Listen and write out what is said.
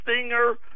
Stinger